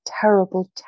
terrible